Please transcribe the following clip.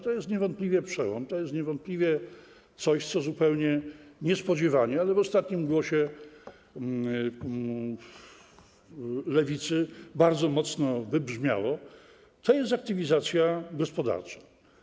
To jest niewątpliwie przełom, to jest niewątpliwie coś, co zupełnie niespodziewanie, ale w ostatnim głosie Lewicy bardzo mocno wybrzmiało, czyli aktywizacja gospodarcza.